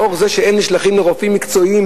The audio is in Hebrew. לאור זה שהם נשלחים לרופאים מקצועיים